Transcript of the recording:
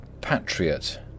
Patriot